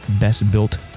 best-built